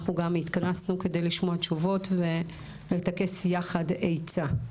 גם התכנסו כדי לשמוע תשובות ולטכס יחד עצה.